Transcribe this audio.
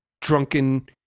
drunken